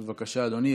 בבקשה, אדוני.